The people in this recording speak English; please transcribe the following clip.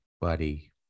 buddy